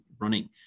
running